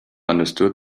understood